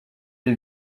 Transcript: les